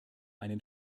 einen